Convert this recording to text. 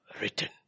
written